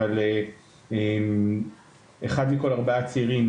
אבל אחד מכל 4 צעירים,